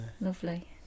Lovely